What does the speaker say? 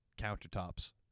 countertops